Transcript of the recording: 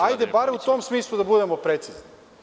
Hajde bar u tom smislu da budemo precizni.